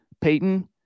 Peyton